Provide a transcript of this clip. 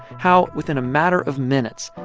how within a matter of minutes,